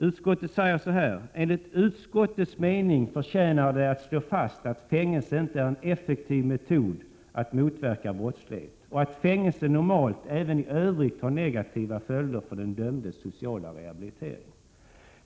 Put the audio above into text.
Utskottet skriver: ”Också enligt utskottets mening förtjänar det således att slås fast att fängelse inte är en effektiv metod att motverka brottslighet och att fängelse normalt även i övrigt har negativa följder för de dömdas sociala rehabilitering.